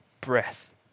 breath